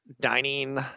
dining